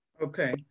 Okay